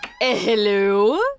Hello